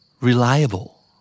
Reliable